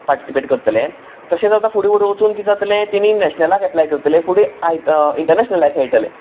participate करतलें तशेंच आतां फुडें फुडें वचून कितें जातलें तेणी नेशनलाक अपलाय करतले फुडें इंटरनेशनलाक खेळटलें